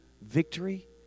victory